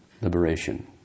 liberation